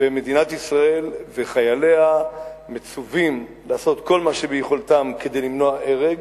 ומדינת ישראל וחייליה מצווים לעשות כל מה שביכולתם כדי למנוע הרג,